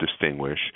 distinguish